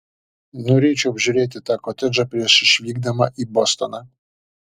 norėčiau apžiūrėti tą kotedžą prieš išvykdama į bostoną